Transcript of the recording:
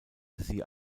sie